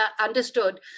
understood